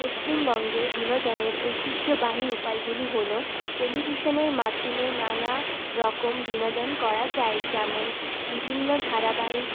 পশ্চিমবঙ্গে বিনোদনের ঐতিহ্যবাহী উপায়গুলি হল টেলিভিশনের মাধ্যমে নানারকম বিনোদন করা যায় যেমন বিভিন্ন ধারাবাহিক